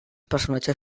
personatges